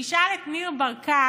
תשאל את ניר ברקת,